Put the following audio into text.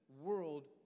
world